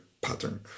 pattern